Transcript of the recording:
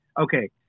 okay